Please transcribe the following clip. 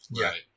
Right